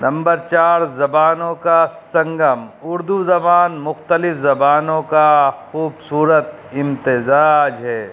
number چار زبانوں کا سنگم اردو زبان مختلف زبانوں کا خوبصورت امتزاج ہے